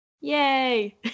Yay